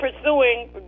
pursuing